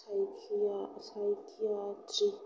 psychiatric